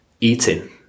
eating